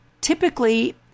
typically